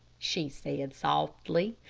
she said, softly.